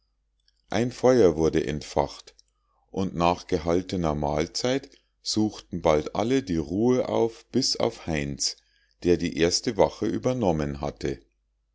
ein feuer wurde entfacht und nach gehaltener mahlzeit suchten bald alle die ruhe auf bis auf heinz der die erste wache übernommen hatte